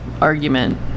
argument